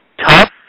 Tough